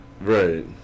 Right